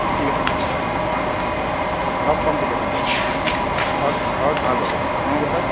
ঠিক আছে যাম যাম বাৰু লগ পাম তেতিয়া হ'লে দিয়ক ঘৰত ঘৰত ভাল বাৰু আপোনালোকৰ ভাল